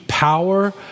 power